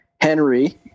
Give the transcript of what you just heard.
Henry